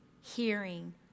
hearing